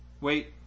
Wait